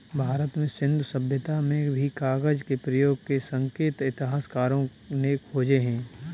भारत में सिन्धु सभ्यता में भी कागज के प्रयोग के संकेत इतिहासकारों ने खोजे हैं